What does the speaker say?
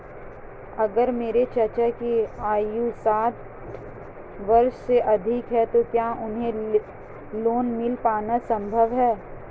अगर मेरे चाचा की आयु साठ वर्ष से अधिक है तो क्या उन्हें लोन मिल पाना संभव है?